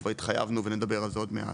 כבר התחייבנו ונדבר על זה עוד מעט.